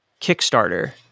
Kickstarter